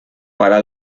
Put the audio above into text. para